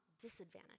disadvantage